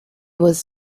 was